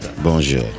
Bonjour